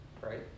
Right